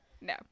No